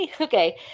Okay